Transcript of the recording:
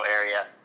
area